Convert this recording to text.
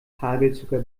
hagelzucker